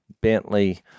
Bentley